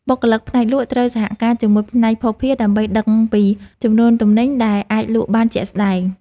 បុគ្គលិកផ្នែកលក់ត្រូវសហការជាមួយផ្នែកភស្តុភារ ដើម្បីដឹងពីចំនួនទំនិញដែលអាចលក់បានជាក់ស្តែង។